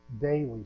daily